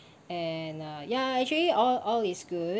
and uh ya actually all all is good